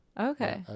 Okay